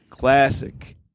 Classic